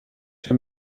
czy